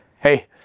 Hey